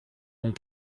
ont